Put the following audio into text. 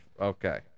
Okay